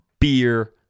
beer